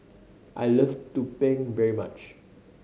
I love tumpeng very much